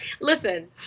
listen